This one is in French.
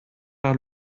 par